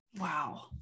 Wow